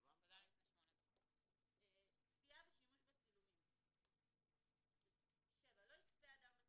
7. לא יצפה אדם בצילומים,